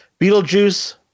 Beetlejuice